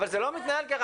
זה לא מתנהל כך.